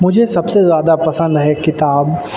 مجھے سب سے زیادہ پسند ہے کتاب